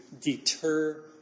deter